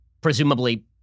presumably